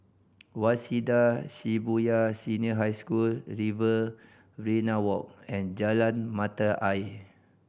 Waseda Shibuya Senior High School Riverina Walk and Jalan Mata Ayer